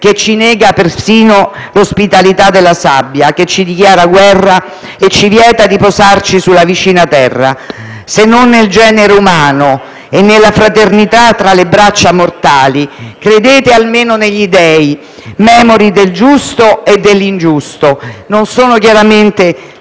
che ci nega perfino l'ospitalità della sabbia; che ci dichiara guerra e ci vieta di posarci sulla vicina terra. Se non nel genere umano e nella fraternità tra le braccia mortali, credete almeno negli Dei, memori del giusto e dell'ingiusto». Queste parole